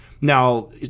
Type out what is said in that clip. Now